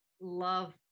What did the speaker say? love